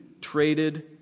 traded